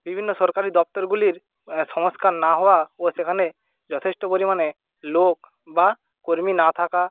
বিভিন্ন সরকারি দপ্তরগুলির সংস্কার না হওয়া ও সেখানে যথেষ্ট পরিমাণে লোক বা কর্মী না থাকা